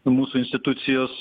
mūsų institucijos